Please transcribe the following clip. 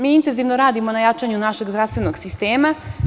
Mi intenzivno radimo na jačanju našeg zdravstvenog sistem.